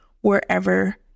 wherever